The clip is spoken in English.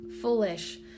Foolish